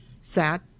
sat